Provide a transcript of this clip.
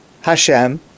Hashem